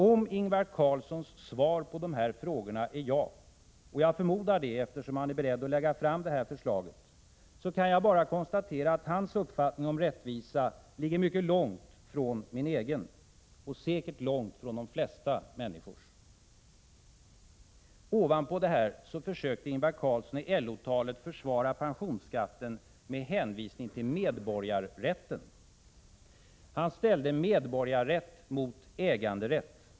Om Ingvar Carlssons svar på dessa frågor är ja — och jag förmodar det, eftersom han är beredd att lägga fram detta förslag — kan jag bara konstatera att han har en uppfattning om rättvisa som ligger mycket långt från min egen, och säkert långt från de flesta människors. Ovanpå detta försökte Ingvar Carlsson i LO-talet försvara pensionsskatten med hänvisning till medborgarrätten. Han ställde medborgarrätt mot äganderätt.